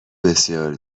بسیار